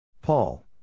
Paul